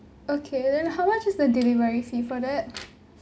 okay then how much is the delivery fee for that